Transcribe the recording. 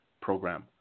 program